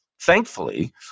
thankfully